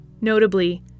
Notably